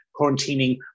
quarantining